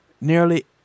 nearly